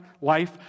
life